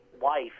wife